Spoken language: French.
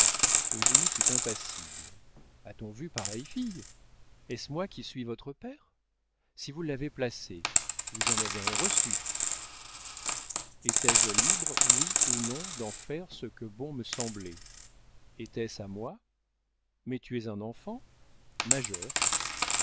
hein eugénie fut impassible a-t-on vu pareille fille est-ce moi qui suis votre père si vous l'avez placé vous en avez un reçu étais-je libre oui ou non d'en faire ce que bon me semblait était-ce à moi mais tu es un enfant majeure